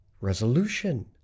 resolution